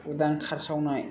उदां खारसावनाय